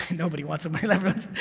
nobody wants to